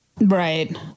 Right